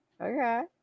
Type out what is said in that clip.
okay